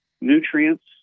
nutrients